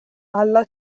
alla